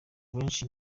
benshi